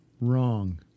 Wrong